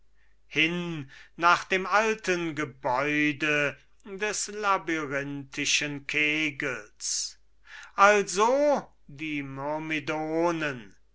hin nach dem alten gebäude des labyrinthischen kegels also die